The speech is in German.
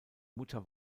mutter